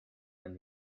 and